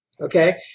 Okay